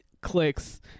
clicks